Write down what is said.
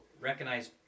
recognize